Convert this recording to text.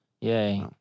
Yay